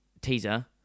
teaser